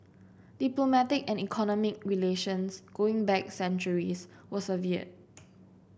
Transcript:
diplomatic and economic relations going back centuries were severed